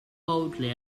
boldly